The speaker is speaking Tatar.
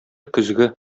көзге